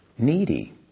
needy